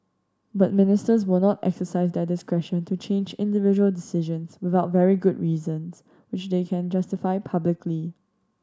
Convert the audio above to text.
but Ministers will not exercise their discretion to change individual decisions without very good reasons which they can justify publicly